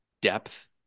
depth